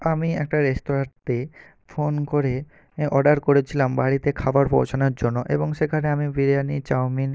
আমি একটা রেস্তোরাঁতে ফোন করে অর্ডার করেছিলাম বাড়িতে খাবার পৌঁছানোর জন্য এবং সেখানে আমি বিরিয়ানি চাওমিন